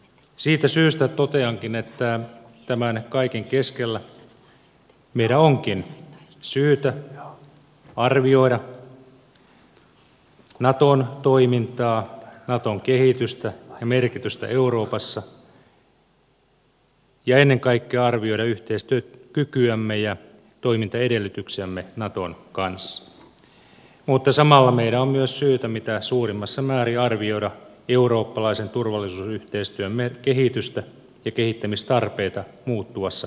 siitä syystä toteankin että tämän kaiken keskellä meidän onkin syytä arvioida naton toimintaa naton kehitystä ja merkitystä euroopassa ja ennen kaikkea arvioida yhteistyökykyämme ja toimintaedellytyksiämme naton kanssa mutta samalla meidän on myös syytä mitä suurimmassa määrin arvioida eurooppalaisen turvallisuusyhteistyön kehitystä ja kehittämistarpeita muuttuvassa euroopassa